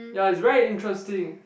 ya it's very interesting